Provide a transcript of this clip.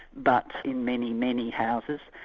but in many, many houses.